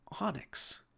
onyx